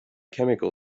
chemical